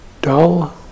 dull